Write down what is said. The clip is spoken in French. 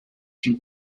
une